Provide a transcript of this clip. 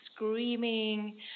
screaming